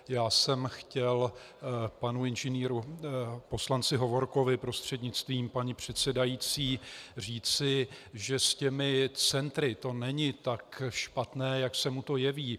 Já jsem chtěl panu Ing. poslanci Hovorkovi prostřednictvím paní předsedající říci, že s těmi centry to není tak špatné, jak se mu to jeví.